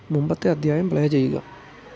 മുമ്പത്തെ അദ്ധ്യായം പ്ലേ ചെയ്യുക